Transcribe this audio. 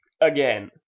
Again